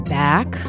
back